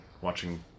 watching